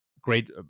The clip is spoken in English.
great